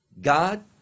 God